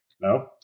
No